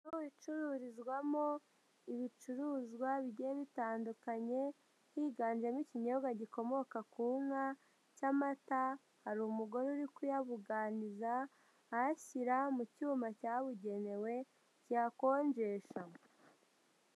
Inzu icururizwamo ibicuruzwajye bitandukanye higanjemo ikinyobwa gikomoka ku nka cy'amata, hari umugore uri kuyabuganiza ayashyira mu cyuma cyabugenewe kiyakonjesha.